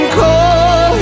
call